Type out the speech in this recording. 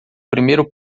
primeiro